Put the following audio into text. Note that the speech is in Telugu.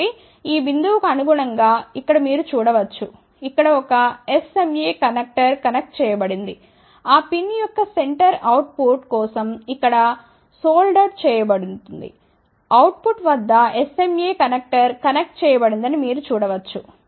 కాబట్టి ఈ బిందువుకు అనుగుణంగా ఇక్కడ మీరు చూడ వచ్చు ఇక్కడ ఒక SMA కనెక్టర్ కనెక్ట్ చేయబడింది ఆ పిన్ యొక్క సెంటర్ అవుట్ పుట్ కోసం ఇక్కడ సోల్డర్ చేయబడుతుంది అవుట్ పుట్ వద్ద SMA కనెక్టర్ కనెక్ట్ చేయబడిందని మీరు చూడ వచ్చు